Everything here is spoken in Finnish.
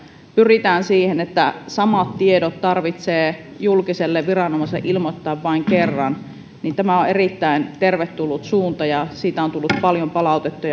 pyritään siihen että samat tiedot tarvitsee julkiselle viranomaiselle ilmoittaa vain kerran tämä on erittäin tervetullut suunta ja siitä on tullut paljon palautetta